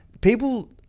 people